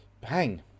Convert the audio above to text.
Bang